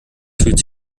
fühlt